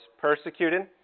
persecuted